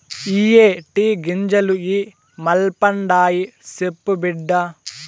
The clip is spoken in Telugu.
ఇయ్యే టీ గింజలు ఇ మల్పండాయి, సెప్పు బిడ్డా